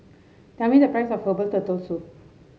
tell me the price of Herbal Turtle Soup